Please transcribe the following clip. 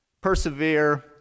persevere